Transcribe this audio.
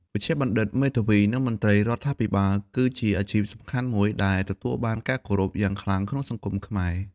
វេជ្ជបណ្ឌិត មេធាវី និងមន្ត្រីរដ្ឋាភិបាល គឺជាអាជីពសំខាន់មួយដែលទទួលបានការគោរពយ៉ាងខ្លាំងក្នុងសង្គមខ្មែរ។